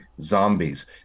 zombies